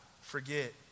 forget